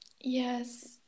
yes